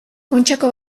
kontxako